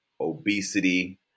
obesity